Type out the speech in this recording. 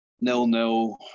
nil-nil